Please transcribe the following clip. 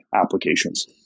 applications